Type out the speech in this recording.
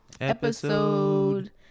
episode